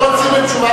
שר הביטחון.